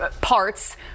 parts